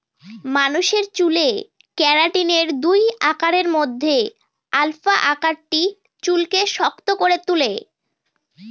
মানুষের চুলে কেরাটিনের দুই আকারের মধ্যে আলফা আকারটি চুলকে শক্ত করে তুলে